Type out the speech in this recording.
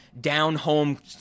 down-home